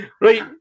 Right